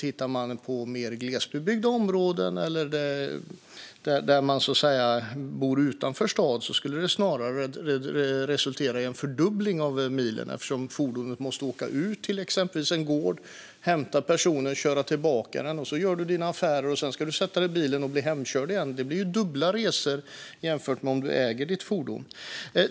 I mer glesbebyggda områden, där människor bor utanför en stad, skulle det dock snarare resultera i en fördubbling av milen. Fordonet måste ut till exempelvis en gård och hämta personen och köra tillbaka den. Man gör sina affärer, och sedan ska man sätta sig i bilen och bli hemkörd igen. Det blir ju dubbla resor jämfört med om man äger sitt fordon.